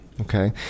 okay